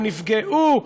הם נפגעו.